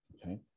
okay